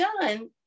done